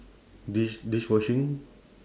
dish dish washing